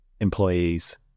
employees